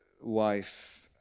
wife